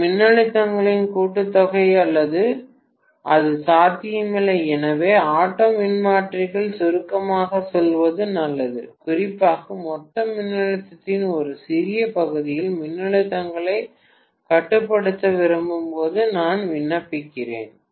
இரு மின்னழுத்தங்களின் கூட்டுத்தொகை அது சாத்தியமில்லை எனவே ஆட்டோ மின்மாற்றிகள் சுருக்கமாக சொல்வது நல்லது குறிப்பாக மொத்த மின்னழுத்தத்தின் ஒரு சிறிய பகுதியால் மின்னழுத்தங்களை கட்டுப்படுத்த விரும்பும் போது நான் விண்ணப்பிக்கிறேன்